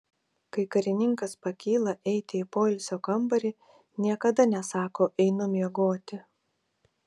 kai karininkas pakyla eiti į poilsio kambarį niekada nesako einu miegoti